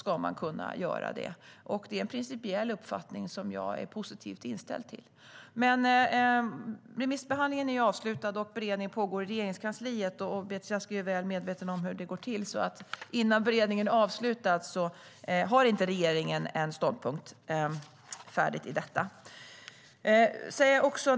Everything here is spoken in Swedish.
Det är en principiell uppfattning som jag är positivt inställd till. Remissbehandlingen är avslutad, och beredning pågår i Regeringskansliet. Beatrice Ask är ju väl medveten om hur det går till; regeringen har ingen färdig ståndpunkt innan beredningen är avslutad.